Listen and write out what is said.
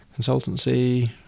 consultancy